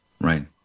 Right